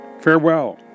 farewell